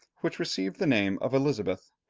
which received the name of elizabeth,